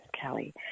Kelly